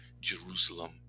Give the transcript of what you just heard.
Jerusalem